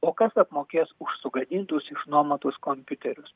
o kas apmokės už sugadintus išnuomotus kompiuterius